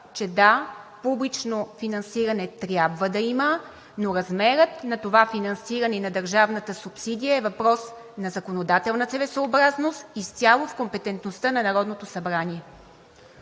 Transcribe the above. че да, публично финансиране трябва да има, но размерът на това финансиране и на държавната субсидия е въпрос на законодателна целесъобразност, изцяло в компетентността на Народното събрание.